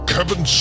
Kevin